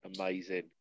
Amazing